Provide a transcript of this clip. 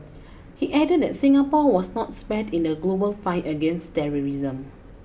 he added that Singapore was not spared in the global fight against terrorism